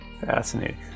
Fascinating